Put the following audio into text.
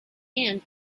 and